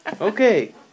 Okay